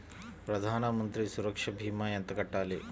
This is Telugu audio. ప్రధాన మంత్రి సురక్ష భీమా ఎంత కట్టాలి?